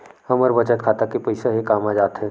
हमर बचत खाता के पईसा हे कामा जाथे?